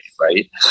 right